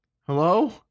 Hello